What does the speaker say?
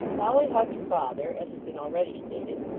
dolly hugged her father as has been already stated,